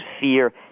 fear